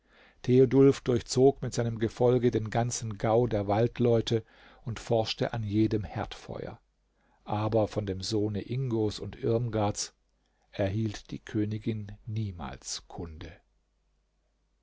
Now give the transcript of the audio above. theodulf durchzog mit seinem gefolge den ganzen gau der waldleute und forschte an jedem herdfeuer aber von dem sohne ingos und irmgards erhielt die königin niemals kunde